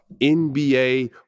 NBA